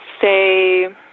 say